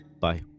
Bye